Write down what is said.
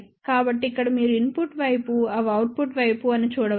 కాబట్టి ఇక్కడ మీరు ఇన్పుట్ వైపు ఇవి అవుట్పుట్ వైపు అని చూడవచ్చు